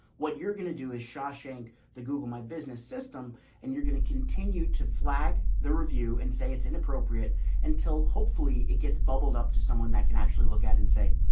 what you're going to do is shawshank the google my business system and you're going to continue to flag the review and say it's inappropriate until hopefully it gets bubbled up to someone that can actually look at it and say,